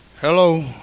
Hello